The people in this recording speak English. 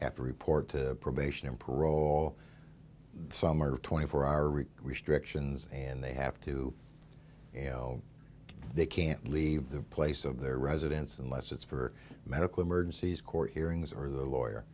after report to probation and parole summer twenty four hour restrictions and they have to you know they can't leave the place of their residence unless it's for medical emergencies court hearings or the lawyer